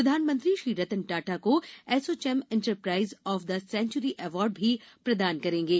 प्रधानमंत्री श्री रतन टाटा को ASSOCHAM enterprise of the century award भी प्रदान करेंगे